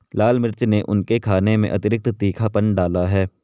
लाल मिर्च ने उनके खाने में अतिरिक्त तीखापन डाला है